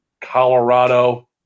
Colorado